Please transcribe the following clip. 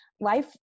life